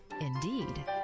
indeed